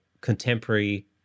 contemporary